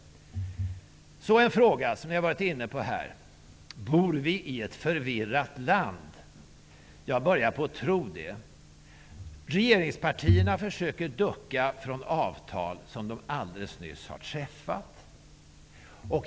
Så en fråga som jag har varit inne på här: Bor vi i ett förvirrat land? Jag börjar att tro det. Regeringspartierna försöker att ducka från avtal som de alldeles nyss har träffat.